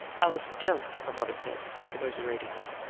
alice, don't! her mother said, commiseratingly.